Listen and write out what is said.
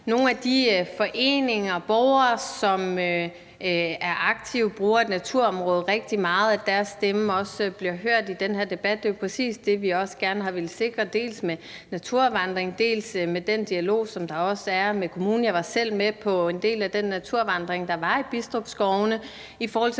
i de foreninger og fra de borgere, som er aktive og bruger naturområdet rigtig meget, bliver hørt i den her debat. Det er jo præcis det, vi gerne har villet sikre dels gennem naturvandring, dels med den dialog, der også er med kommunen. Jeg var selv med på en del af den naturvandring, der var i Bidstrup Skovene,